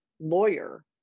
lawyer